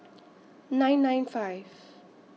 nine nine five